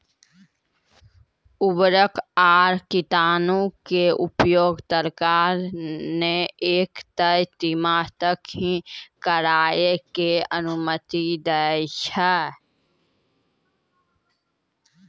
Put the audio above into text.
उर्वरक आरो कीटनाशक के उपयोग सरकार न एक तय सीमा तक हीं करै के अनुमति दै छै